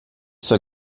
zur